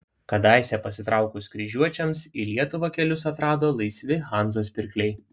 kadaise pasitraukus kryžiuočiams į lietuvą kelius atrado laisvi hanzos pirkliai